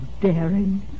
daring